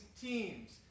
teams